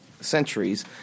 centuries